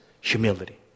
humility